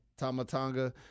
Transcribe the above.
Tamatonga